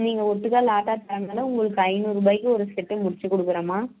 நீங்கள் ஓட்டுக்கா லாட்டாக தரதால் உங்களுக்கு ஐநூறுபாய்க்கு ஒரு செட்டுக்கு முடிச்சிக்கொடுக்குறம் மா